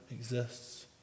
exists